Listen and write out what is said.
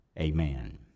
Amen